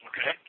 Okay